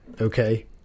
okay